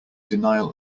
denial